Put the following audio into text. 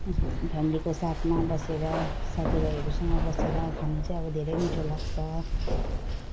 फ्यामिलीको साथमा बसेर साथीभाइहरूसँग बसेर खानु चाहिँ अब धेरै मिठो लाग्छ